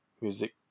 music